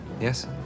Yes